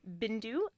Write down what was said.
Bindu